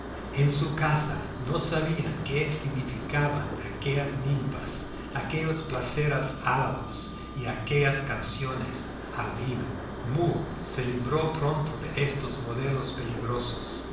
en su casa no sabían qué significaban aquellas ninfas aquellos placeres alados y aquellas canciones al vino moore se libró pronto de estos modelos peligrosos